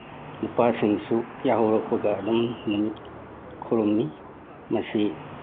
ꯅꯨꯄꯥꯁꯤꯡꯁꯨ ꯌꯥꯍꯧꯔꯛꯄꯒ ꯑꯗꯨꯝ ꯅꯨꯃꯤꯠ ꯈꯨꯔꯨꯝꯃꯤ ꯃꯁꯤ